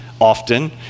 often